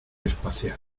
espacial